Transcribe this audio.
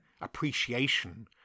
appreciation